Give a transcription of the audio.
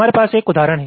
हमारे पास एक उदाहरण है